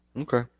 Okay